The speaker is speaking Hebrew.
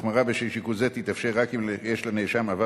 החמרה בשל שיקול זה תתאפשר רק אם יש לנאשם עבר